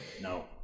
no